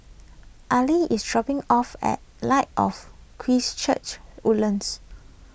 Aili is dropping off at Light of Christ Church Woodlands